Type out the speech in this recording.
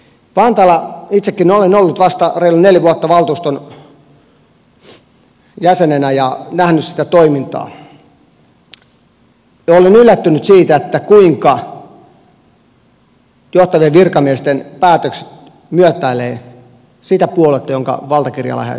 vantaalla itsekin olen ollut vasta reilut neljä vuotta valtuuston jäsenenä ja nähnyt sitä toimintaa ja olen yllättynyt siitä kuinka johtavien virkamiesten päätökset myötäilevät sitä puoluetta jonka valtakirjalla he toimivat